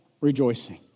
rejoicing